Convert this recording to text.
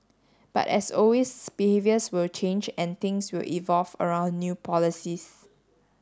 but as always behaviours will change and things will evolve around new policies